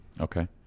Okay